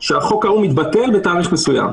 שהחוק ההוא מתבטל בתאריך מסוים.